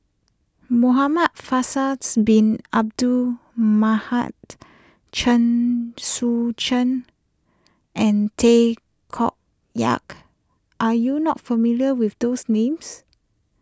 Muhamad Faisals Bin Abdul Mahat Chen Sucheng and Tay Koh Yat are you not familiar with those names